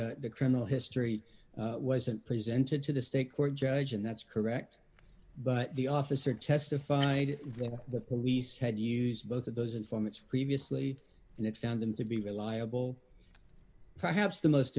says the criminal history wasn't presented to the state court judge and that's correct but the officer testified that the police had used both of those informants previously and it found them to be reliable perhaps the most